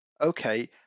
okay